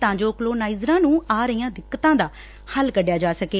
ਤਾਂ ਜੋ ਕੋਲੋਨਾਈਜ਼ਰਾਂ ਨੂੰ ਆ ਰਹੀਆਂ ਦਿੱਕਤਾਂ ਦਾ ਹੱਲ ਕੱਢਿਆ ਜਾ ਸਕੇ